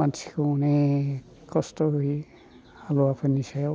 मानसिखौ अनेक खस्थ' होयो हालुवाफोरनि सायाव